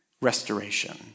restoration